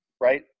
right